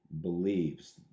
believes